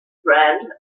brand